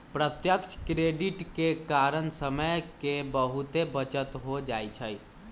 प्रत्यक्ष क्रेडिट के कारण समय के बहुते बचत हो जाइ छइ